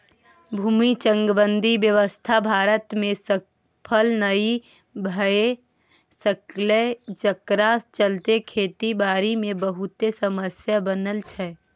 भूमि चकबंदी व्यवस्था भारत में सफल नइ भए सकलै जकरा चलते खेती बारी मे बहुते समस्या बनल छै